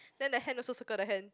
then the hand also circle the hand